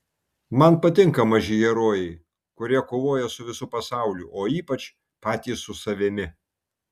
man patinka maži herojai kurie kovoja su visu pasauliu o ypač patys su savimi